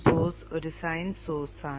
source ഒരു sine സോഴ്സാണ്